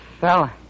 fella